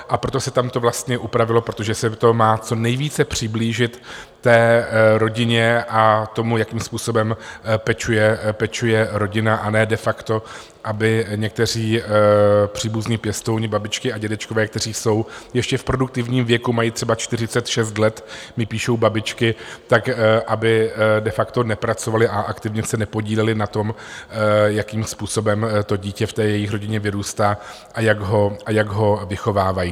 A proto se tam to vlastně upravilo, protože se to má co nejvíce přiblížit té rodině a tomu, jakým způsobem pečuje rodina, a ne de facto aby někteří příbuzní pěstouni, babičky a dědečkové, kteří jsou ještě v produktivním věku, mají třeba 46 let, mně píšou babičky, tak aby de facto nepracovali a aktivně se nepodíleli na tom, jakým způsobem to dítě v té jejich rodině vyrůstá a jak ho vychovávají.